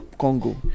Congo